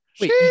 Wait